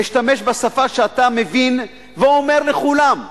אשתמש בשפה שאתה מבין ואומר לכולם: